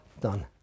Done